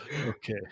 okay